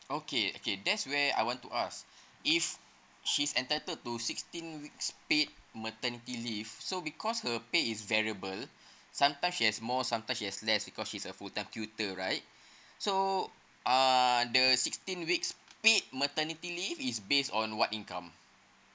okay okay that's where I want to ask if she's entitled to sixteen weeks paid maternity leave so because her pay is variable sometime she has more sometimes she has less because she's a full time tutor right so uh the sixteen weeks paid maternity leave is based on what income